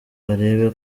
arebe